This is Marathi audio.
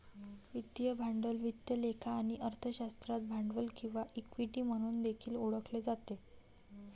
वित्तीय भांडवल वित्त लेखा आणि अर्थशास्त्रात भांडवल किंवा इक्विटी म्हणून देखील ओळखले जाते